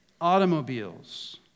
automobiles